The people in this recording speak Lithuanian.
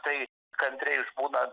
tai kantriai išbūna